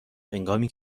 هنگامی